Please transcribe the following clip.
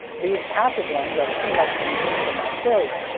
these passive ones are pretty much immune from that failure,